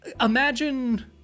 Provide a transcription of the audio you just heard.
imagine